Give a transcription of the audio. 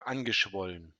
angeschwollen